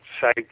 say